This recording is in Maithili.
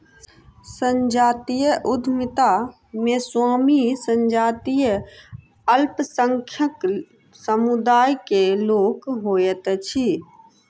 संजातीय उद्यमिता मे स्वामी संजातीय अल्पसंख्यक समुदाय के लोक होइत अछि